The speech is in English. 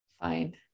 fine